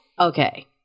okay